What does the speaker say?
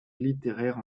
littéraires